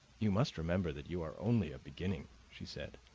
you must remember that you are only a beginning, she said.